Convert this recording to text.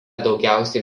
daugiausiai